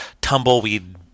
tumbleweed